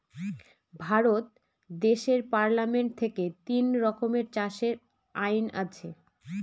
ভারত দেশের পার্লামেন্ট থেকে তিন রকমের চাষের আইন আছে